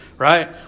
Right